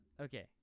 Okay